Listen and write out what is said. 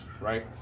right